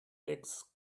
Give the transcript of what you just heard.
legs